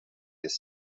ist